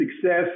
success